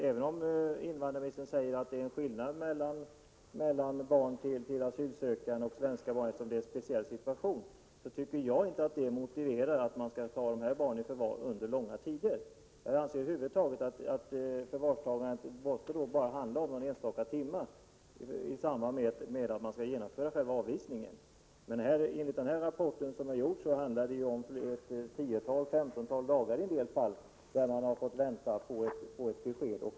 Även om invandrarministern säger att det är skillnad mellan barn till asylsökande och svenska barn, eftersom det gäller en speciell situation, tycker inte jag att det är motiverat att de barn som det här är fråga om skall befinna sig i förvar under långa tider. Över huvud taget anser jag att förvaret måste röra sig om bara någon timme i samband med genomförandet av själva avvisningen. Enligt rapporten handlar det i en del fall om 10-15 dagar, medan man väntar på besked.